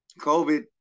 COVID